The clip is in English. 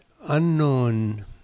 unknown